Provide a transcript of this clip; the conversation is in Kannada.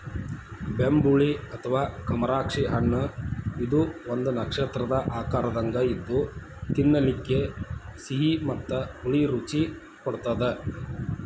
ಬೆಂಬುಳಿ ಅಥವಾ ಕಮರಾಕ್ಷಿ ಹಣ್ಣಇದು ಒಂದು ನಕ್ಷತ್ರದ ಆಕಾರದಂಗ ಇದ್ದು ತಿನ್ನಲಿಕ ಸಿಹಿ ಮತ್ತ ಹುಳಿ ರುಚಿ ಕೊಡತ್ತದ